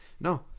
No